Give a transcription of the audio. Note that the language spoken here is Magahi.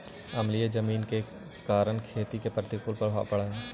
अम्लीय जमीन के कारण खेती पर प्रतिकूल प्रभाव पड़ऽ हइ